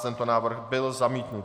Tento návrh byl zamítnut.